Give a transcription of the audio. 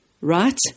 Right